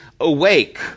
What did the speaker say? awake